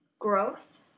growth